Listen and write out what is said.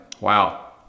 wow